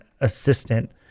assistant